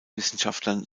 wissenschaftlern